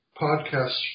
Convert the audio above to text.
podcasts